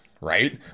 right